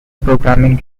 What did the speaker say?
programming